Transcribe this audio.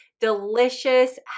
delicious